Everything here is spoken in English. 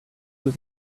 was